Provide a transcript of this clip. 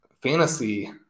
fantasy